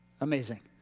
Amazing